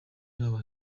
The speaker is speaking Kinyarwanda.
yabo